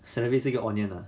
celebi 是一个 audience lah